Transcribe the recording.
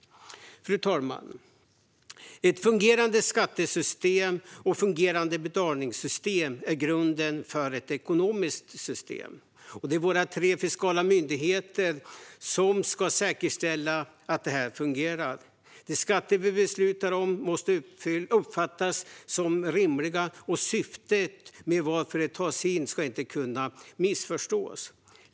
Fru talman! Fungerande skattesystem och betalningssystemen är grunden för ett ekonomiskt system. Det är våra tre fiskala myndigheter som ska säkerställa att detta fungerar. De skatter vi beslutar om måste uppfattas som rimliga, och syftet med att de tas in ska inte kunna missförstås.